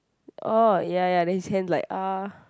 orh ya ya then his hands like ah